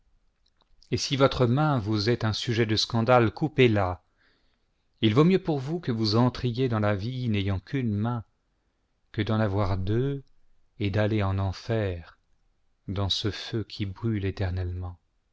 et si votre maîn vous est un sujet de scandale coupezla il vaut mieux pour vous que vous entriez dans la vie n'ayant qu'une main que d'en avoir deux et d'aller en enfer dans ce feu qui brûle éternellement